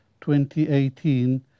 2018